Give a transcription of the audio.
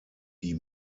die